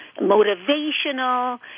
motivational